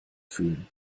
fühlen